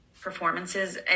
performances